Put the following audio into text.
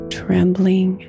trembling